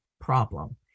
problem